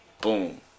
boom